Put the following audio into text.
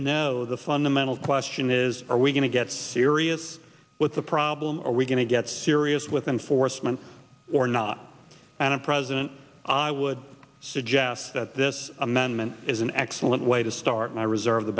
know the fundamental question is are we going to get serious with the problem are we going to get serious with enforcement or not and a president i would suggest that this amendment is an excellent way to start and i reserve the